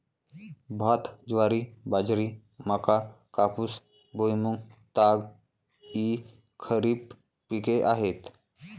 भात, ज्वारी, बाजरी, मका, कापूस, भुईमूग, ताग इ खरीप पिके आहेत